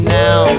now